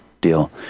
deal